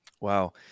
Wow